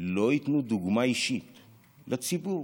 לא ייתנו דוגמה אישית לציבור,